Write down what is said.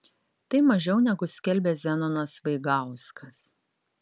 tai mažiau negu skelbė zenonas vaigauskas